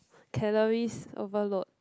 calories overload